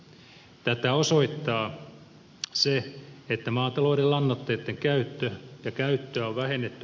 tätä osoittaa se että maatalouden lannoitteitten käyttöä on vähennetty rajusti